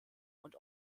und